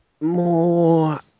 More